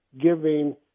giving